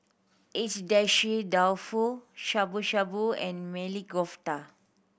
Agedashi Dofu Shabu Shabu and Maili Kofta